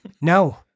No